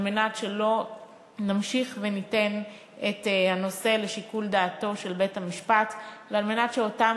על מנת שלא נמשיך וניתן את הנושא לשיקול דעתו של בית-המשפט ועל מנת שאותם